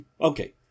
Okay